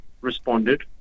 responded